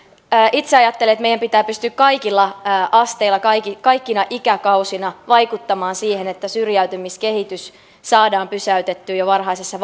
itse ajattelen että meidän pitää pystyä kaikilla asteilla kaikkina ikäkausina vaikuttamaan siihen että syrjäytymiskehitys saadaan pysäytettyä jo varhaisessa